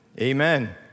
Amen